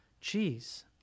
cheese